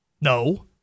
No